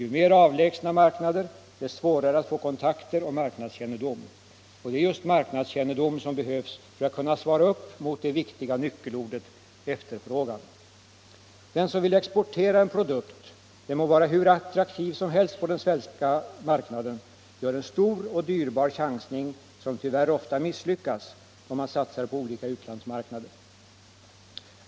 Ju mer avlägsna marknader — desto svårare att få kontakter och marknadskännedom. Och det är just marknadskännedom som behövs för att kunna svara upp mot det viktiga nyckelordet ”efterfrågan”. De som vill exportera en produkt —- den må vara hur attraktiv som helst på den svenska marknaden — gör en stor och dyrbar chansning, som tyvärr ofta misslyckas då man satsar på olika utlandsmarknader.